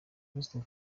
pastor